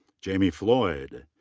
jaime floyd.